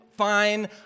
fine